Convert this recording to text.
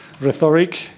Rhetoric